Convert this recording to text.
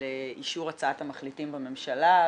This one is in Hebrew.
לאישור הצעת המחליטים בממשלה.